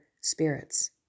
spirits